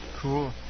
Cool